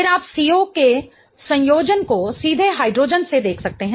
फिर आप CO के संयोजन को सीधे हाइड्रोजन से देख सकते हैं